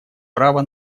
право